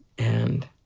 and.